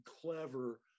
clever